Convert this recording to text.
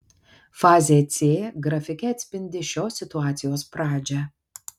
fazė c grafike atspindi šios situacijos pradžią